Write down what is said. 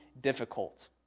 difficult